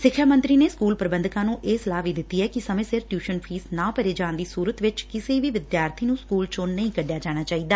ਸਿੱਖਿਆ ਮੰਤਰੀ ਨੇ ਸਕੂਲ ਪ੍ਰਬੰਧਕਾਂ ਨੂੰ ਇਹ ਸਲਾਹ ਵੀ ਦਿੱਤੀ ਐ ਕਿ ਸਮੇਂ ਸਿਰ ਟਿਊਸ਼ਨ ਫੀਸ ਨਾ ਭਰੇ ਜਾਣ ਦੀ ਸੁਰਤ ਚ ਕਿਸੇ ਵੀ ਵਿਦਿਆਰਥੀ ਨੂੰ ਸਕੁਲ ਚੋ ਨਹੀ ਕੱਢਿਆ ਜਾਣਾ ਚਾਹੀਦਾ